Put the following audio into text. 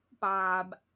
Bob